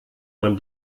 man